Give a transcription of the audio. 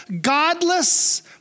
godless